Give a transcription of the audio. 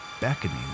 beckoning